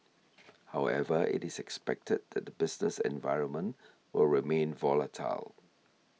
however it is expected that the business environment will remain volatile